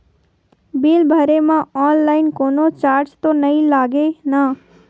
Bill भरे मा online कोनो चार्ज तो नई लागे ना?